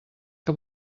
que